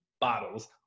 Bottles